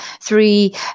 three